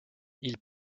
ils